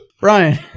Brian